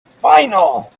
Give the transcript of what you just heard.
final